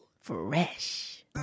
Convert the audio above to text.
Fresh